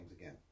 again